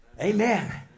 Amen